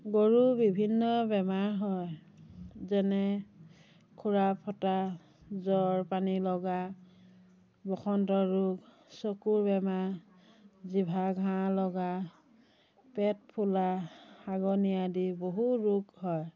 গৰুৰ বিভিন্ন বেমাৰ হয় যেনে খুৰা ফটা জ্বৰ পানী লগা বসন্ত ৰোগ চকুৰ বেমাৰ জিভা ঘাঁ লগা পেট ফুলা হাগনি আদি বহু ৰোগ হয়